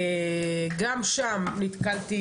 גם שם נתקלתי